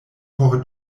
por